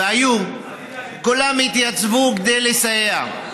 והיו, כולם התייצבו כדי לסייע.